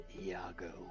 Iago